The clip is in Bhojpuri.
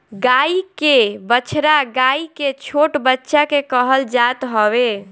गाई के बछड़ा गाई के छोट बच्चा के कहल जात हवे